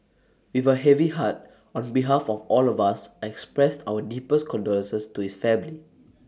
with A heavy heart on behalf of all of us I expressed our deepest condolences to his family